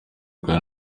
bwa